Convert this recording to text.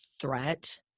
threat